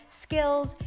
skills